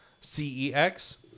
C-E-X